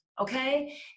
okay